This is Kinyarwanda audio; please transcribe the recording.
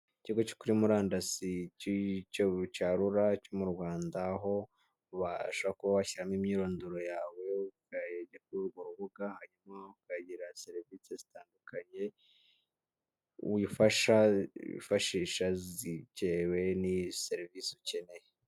Ikigo cyo kuri murandasi cya RURA cyo mu Rwanda, aho uba ushobora kuba washyiramo imyirondoro yawe, ukajya kuri urwo rubuga hanyuma ukagira serivisi zitandukanye wifasha, wifashisha bitewe na serivisi ukeneye.